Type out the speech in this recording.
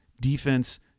defense